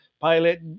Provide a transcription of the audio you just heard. pilot